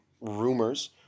rumors